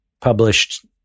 published